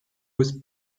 with